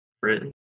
britain